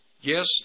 yes